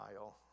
aisle